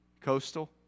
Coastal